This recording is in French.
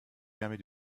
permet